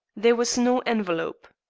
there was no envelope.